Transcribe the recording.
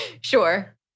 Sure